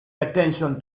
attention